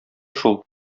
шул